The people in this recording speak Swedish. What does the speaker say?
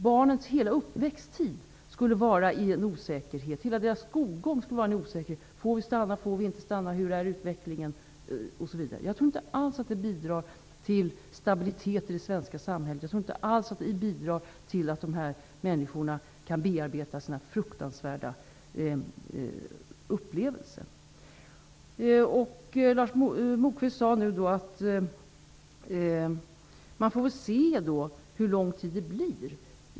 Barnens hela uppväxttid och skolgång skulle präglas av osäkerhet: Får vi stanna eller inte? Hur ser utvecklingen ut? Jag tror inte alls att det skulle bidra till stabilitet i det svenska samhället eller till att dessa människor kan bearbeta sina fruktansvärda upplevelser. Lars Moquist sade att man får se hur lång tid det blir.